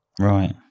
Right